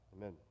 Amen